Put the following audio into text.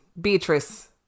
Beatrice